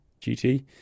GT